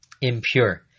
impure